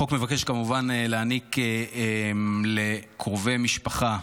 מבקש כמובן להעניק לקרובי משפחה